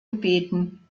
gebeten